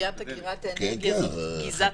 סוגיית אגירת האנרגיה זאת גיזת הזהב.